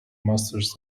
masters